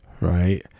right